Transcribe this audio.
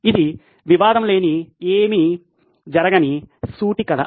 ఇది వివాదం లేని ఏమీ జరగని సూటి కథ